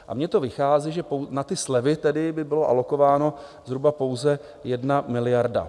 A mně to vychází, že na ty slevy tedy by byla alokována zhruba pouze 1 miliarda.